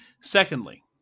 Secondly